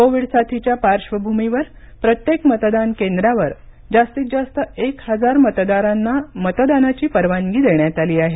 Covid साथीच्या पार्श्वभूमीवर प्रत्येक मतदान केंद्रावर जास्तीत जास्त एक हजार मतदारांना मतदानाची परवानगी देण्यात आली आहे